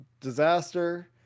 disaster